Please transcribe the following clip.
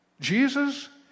Jesus